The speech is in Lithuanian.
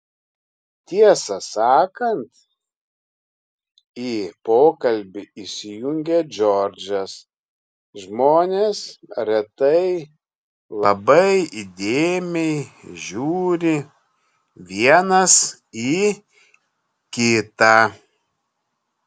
tiesą sakant į pokalbį įsijungė džordžas žmonės retai labai įdėmiai žiūri vienas į kitą